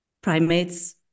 primates